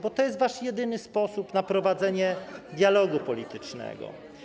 Bo to jest wasz jedyny sposób na prowadzenie dialogu politycznego.